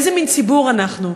איזה מין ציבור אנחנו?